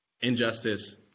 injustice